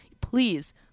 please